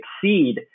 succeed